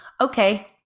Okay